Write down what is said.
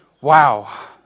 Wow